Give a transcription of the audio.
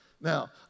Now